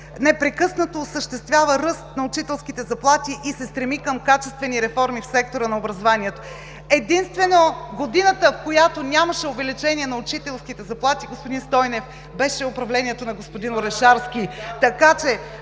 непрекъснато осъществява ръст на учителските заплати и се стреми към качествени реформи в сектора на образованието. Единствено годината, в която нямаше увеличение на учителските заплати, господин Стойнев, беше в управлението на господин Орешарски.